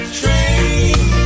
train